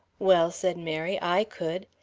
well, said mary, i could.